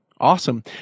Awesome